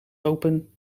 open